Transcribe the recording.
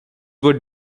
were